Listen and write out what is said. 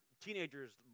teenagers